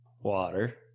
Water